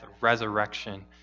resurrection